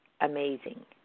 amazing